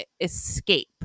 escape